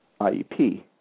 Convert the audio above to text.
IEP